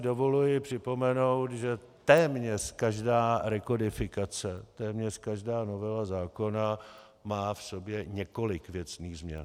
Dovoluji si připomenout, že téměř každá rekodifikace, téměř každá novela zákona má v sobě několik věcných změn.